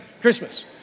Christmas